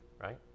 right